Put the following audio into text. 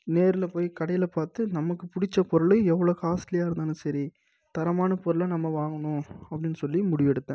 நேரில் போய் கடையில் பாத்து நமக்கு பிடிச்ச பொருள் எவ்வளோ காஸ்ட்லியாக இருந்தாலும் சரி தரமான பொருளாக நம்ம வாங்கணும் அப்படினு சொல்லி முடிவு எடுத்தேன்